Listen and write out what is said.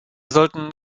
sollten